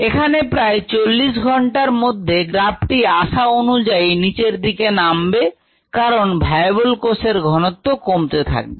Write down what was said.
এখানে প্রায় চল্লিশ ঘণ্টার মধ্যে গ্রাফটি আশা অনুযায়ী নিচের দিকে নামবে কারণ ভায়াবল কোষের ঘনত্ব কমতে থাকবে